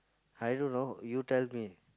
I don't know you tell me